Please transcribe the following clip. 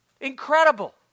Incredible